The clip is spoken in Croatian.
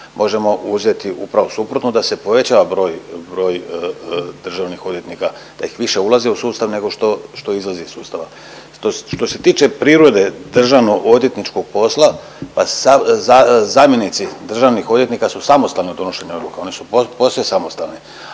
Možemo uzeti upravo suprotno da se povećava broj, broj državnih odvjetnika da ih više ulazi u sustav nego što izlazi iz sustava. Što se tiče prirode državno odvjetničkog posla pa zamjenici državnih odvjetnika su samostalni u donošenju odluka, oni su posve samostalni,